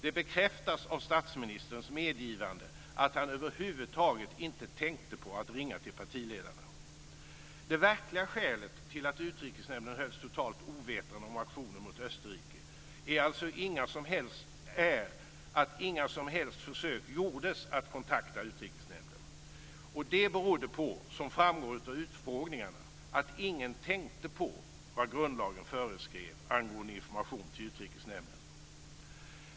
Det bekräftas av statsministerns medgivande att han över huvud taget inte tänkte på att ringa till partiledarna. Det verkliga skälet till att Utrikesnämnden hölls totalt ovetande om aktionen mot Österrike är alltså att inga som helst försök gjordes att kontakta nämnden. Som framgår av utfrågningarna berodde det på att ingen tänkte på vad grundlagen föreskriver angående information till Utrikesnämnden.